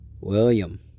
William